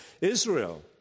Israel